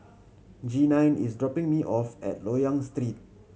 Jeanine is dropping me off at Loyang Street